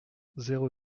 zéro